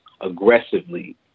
aggressively